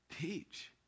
Teach